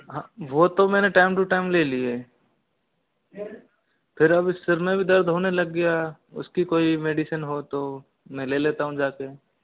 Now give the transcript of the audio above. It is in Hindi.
हाँ वो तो मैंने टाइम टु टाइम ले लिए फिर अब सिर में भी दर्द होने लग गया उसकी कोई मेडिसिन हो तो मैं ले लेता हूँ जाके